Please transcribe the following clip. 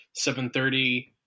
7.30 –